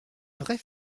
vraie